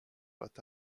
but